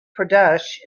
pradesh